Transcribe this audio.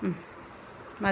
മതി